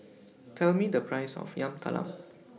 Tell Me The Price of Yam Talam